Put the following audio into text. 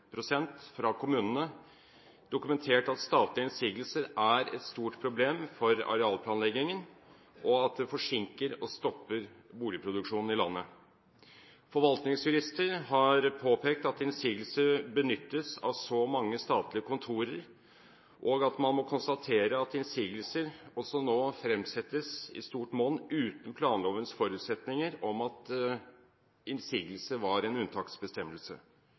påpekt at innsigelse benyttes av så mange statlige kontorer at man må konstatere at innsigelser også nå fremsettes i stort monn uten planlovens forutsetninger om at innsigelse var en unntaksbestemmelse,